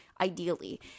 ideally